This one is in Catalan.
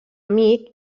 amic